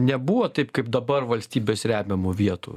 nebuvo taip kaip dabar valstybės remiamų vietų